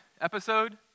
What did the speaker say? episode